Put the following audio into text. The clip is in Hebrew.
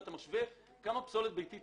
ואתה משווה בין הפסולת הביתית